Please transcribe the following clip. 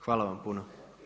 Hvala vam puno.